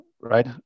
right